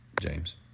James